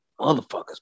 motherfuckers